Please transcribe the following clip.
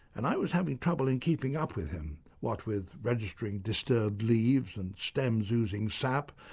and i was having trouble in keeping up with him, what with registering disturbed leaves and stems oozing sap,